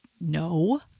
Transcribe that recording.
No